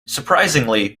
surprisingly